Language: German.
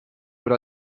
wird